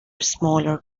smaller